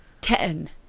ten